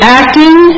acting